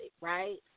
right